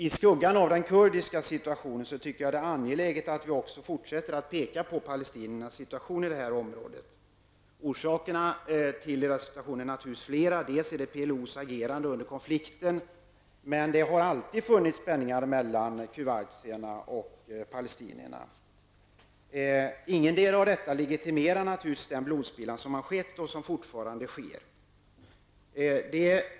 I skuggan av kurdernas situation tycker jag att det är angeläget att vi fortsätter att peka på palestinernas situation i det här området. Orsakerna till palestinernas situation är naturligtvis flera. En orsak är PLOs agerande under konflikten. Det har emellertid alltid funnits spänningar mellan kuwaitierna och palestinierna. Detta legitimerar naturligtvis inte den blodsspillan som har skett och som fortfarande sker.